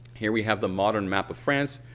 here we have the modern map of france.